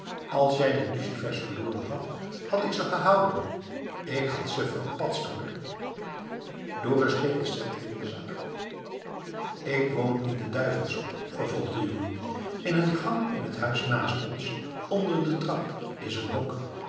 als jij de lucifers verloren hadt had ik ze gehouden k had ze verpast hoor dorus steekt de centen in den zak ik woon in den duivelshoek vervolgt de jongen in een gang in t huis naast ons onder de trap is een hok